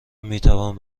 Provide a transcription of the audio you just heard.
میتوان